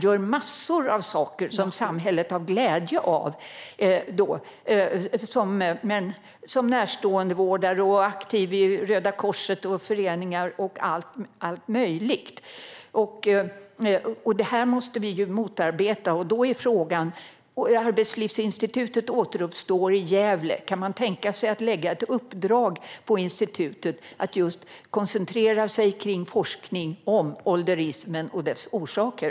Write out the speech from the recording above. De gör massor av saker som samhället har glädje av, som närståendevårdare, aktiva i Röda Korset och i föreningar och allt möjligt. Vi måste motarbeta detta, och då är frågan: Arbetslivsinstitutet återuppstår i Gävle - kan man tänka sig att lägga ett uppdrag på institutet att koncentrera sig på forskning om ålderismen och dess orsaker?